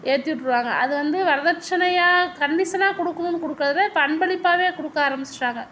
ஏற்றி விட்டுருவாங்க அது வந்து வரதட்சணையாக கண்டிஷனாக கொடுக்கணுன்னு கொடுக்குறதில்ல இப்போ அன்பளிப்பாகவே கொடுக்க ஆரமிச்சுட்டாங்க